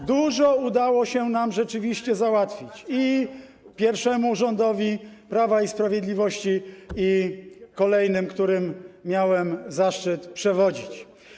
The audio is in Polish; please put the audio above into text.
I dużo udało nam się rzeczywiście załatwić, i pierwszemu rządowi Prawa i Sprawiedliwości, i kolejnym, którym miałem zaszczyt przewodzić.